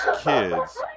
kids